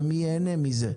ומי ייהנה מזה.